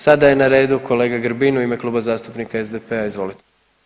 Sada je na redu kolega Grbin u ime Kluba zastupnika SDP-a, izvolite.